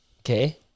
Okay